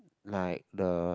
like the